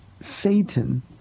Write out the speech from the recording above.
Satan